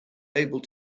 able